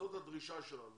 וזאת הדרישה שלנו,